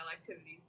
activities